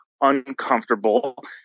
uncomfortable